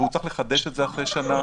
והוא צריך לחדש את זה אחרי שנה,